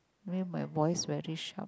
mean my voice very sharp